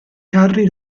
carri